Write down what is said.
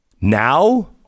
Now